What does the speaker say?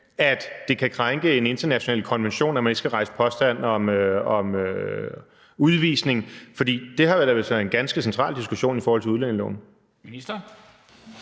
at det kan krænke en international konvention, at man ikke skal rejse påstand om udvisning? For det har ellers været en ganske central diskussion i forhold til udlændingeloven.